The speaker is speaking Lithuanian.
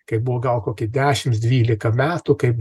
kai buvo gal kokia dešimts dvylika metų kaip